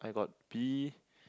I got B